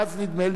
נדמה לי,